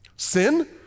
Sin